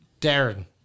Darren